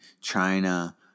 China